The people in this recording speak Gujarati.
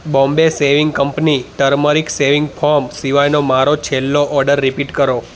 Bombay shaving company turmeric shaving foam સિવાયનો મારો છેલ્લો ઑર્ડર રીપીટ કરો